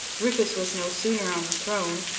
rufus was no sooner on the throne,